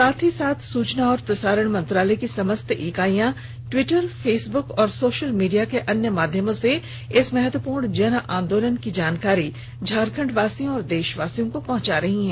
साथ ही साथ सूचना एवं प्रसारण मंत्रालय की समस्त इकाइयां ट्विटर फेसबुक एवं सोशल मीडिया के अन्य माध्यमों से इस महत्वपूर्ण जन आंदोलन की जानकारी झारखंड वासियों तथा देशवासियों को पहुंचा रही हैं